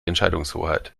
entscheidungshoheit